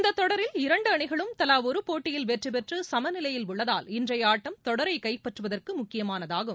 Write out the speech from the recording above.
இந்த தொடரில் இரண்டு அணிகளும் தலா ஒரு போட்டியில் வெற்றி பெற்று சம நிலையில் உள்ளதால் இன்றைய ஆட்டம் தொடரை கைப்பற்றுவதற்கு முக்கியமானதாகும்